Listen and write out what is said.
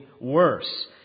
worse